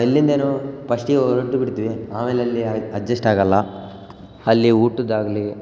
ಇಲ್ಲಿಂದೇನು ಪಸ್ಟಿಗೆ ಹೊರಟು ಬಿಡ್ತಿವಿ ಆಮೇಲೆ ಅಲ್ಲಿ ಅಜ್ ಅಜ್ಜಸ್ಟ್ ಆಗೋಲ್ಲ ಅಲ್ಲಿ ಊಟದಾಗ್ಲಿ